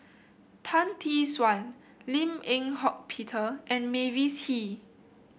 Tan Tee Suan Lim Eng Hock Peter and Mavis Hee